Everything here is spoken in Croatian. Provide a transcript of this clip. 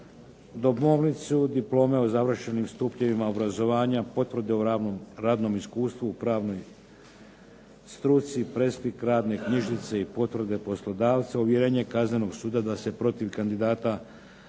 domovnicu, diplome o završenim stupnjevima obrazovanja, potvrde o radnom iskustvu u pravnoj struci, presliku radne knjižice i potvrde poslodavce, ovjerenje kaznenog suda da se protiv kandidata